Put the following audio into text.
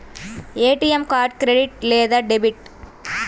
ATM card credit లేదా debit?